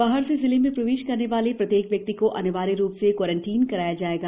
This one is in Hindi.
बाहर से जिले में प्रवेश करने वाले प्रत्येक व्यक्ति को अनिवार्य रूप से क्वारंटाइन कराया जाएगा